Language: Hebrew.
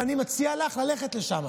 ואני מציע לך ללכת לשם,